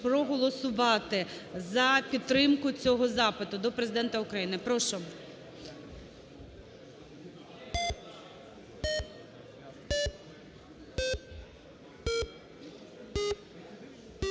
проголосувати за підтримку цього запиту до Президента України. Прошу.